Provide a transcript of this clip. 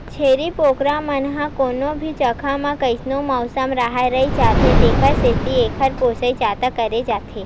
छेरी बोकरा मन ह कोनो भी जघा म कइसनो मउसम राहय रहि जाथे तेखर सेती एकर पोसई जादा करे जाथे